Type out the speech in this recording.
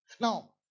Now